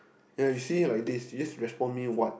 ya you see like this you just respond me what